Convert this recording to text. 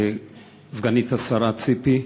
סגנית השר ציפי,